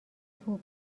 توپ